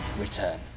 Return